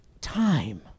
Time